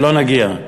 שלא נגיע.